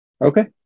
Okay